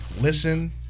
listen